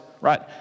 right